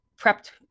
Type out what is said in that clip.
prepped